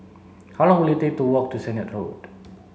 how long will it take to walk to Sennett Road